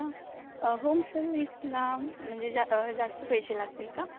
हां होम सर्विसला म्हणजे जा जास्त पैसे लागतील का